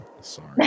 Sorry